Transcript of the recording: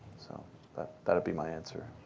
so but that would be my answer.